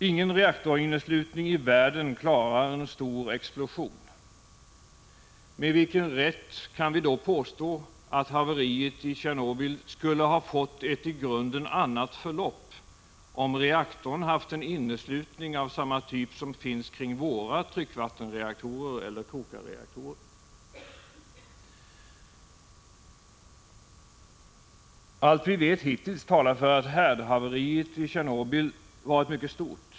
Ingen reaktorinneslutning i världen klarar en stor explosion. Med vilken rätt kan vi då påstå att haveriet i Tjernobyl skulle ha fått ett i grunden annat förlopp, om reaktorn haft en inneslutning av samma typ som finns kring våra tryckvattenreaktorer eller kokarreaktorer? Allt vi vet hittills talar för att härdhaveriet i Tjernobyl varit mycket stort.